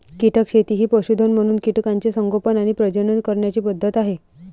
कीटक शेती ही पशुधन म्हणून कीटकांचे संगोपन आणि प्रजनन करण्याची पद्धत आहे